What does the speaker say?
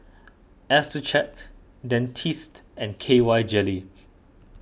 Accucheck Dentiste and K Y Jelly